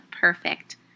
perfect